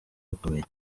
bikomeye